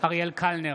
אריאל קלנר,